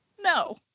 No